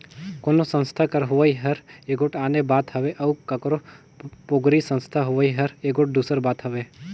कोनो संस्था कर होवई हर एगोट आने बात हवे अउ काकरो पोगरी संस्था होवई हर एगोट दूसर बात हवे